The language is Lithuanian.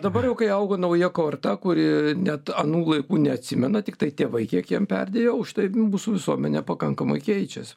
dabar kai auga nauja korta kuri net anų laikų neatsimena tiktai tėvai kiek jam perdėjo už tai mūsų visuomenė pakankamai keičias